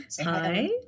Hi